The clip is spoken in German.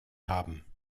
haben